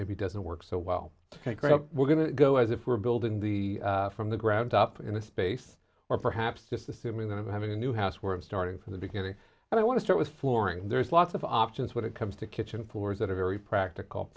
maybe doesn't work so well we're going to go as if we're building the from the ground up into space or perhaps just assuming that i'm having a new house where i'm starting from the beginning and i want to start with flooring there's lots of options when it comes to kitchen floors that are very practical